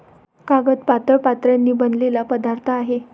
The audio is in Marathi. कागद पातळ पत्र्यांनी बनलेला पदार्थ आहे